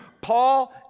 Paul